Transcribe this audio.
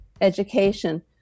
education